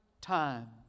time